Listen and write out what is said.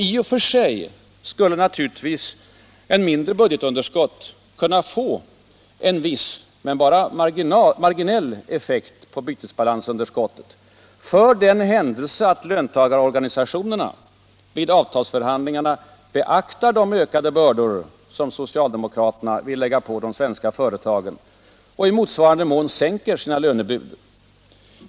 I och för sig skulle naturligtvis ett mindre budgetunderskott kunna få en viss — men bara marginell — effekt på bytesbalansunderskottet, för den händelse att löntagarorganisationerna vid avtalsförhandlingarna beaktar de ökade bördor som socialdemokraterna vill lägga på de svenska företagen och i motsvarande mån sänker sina lönekrav.